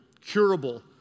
curable